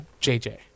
JJ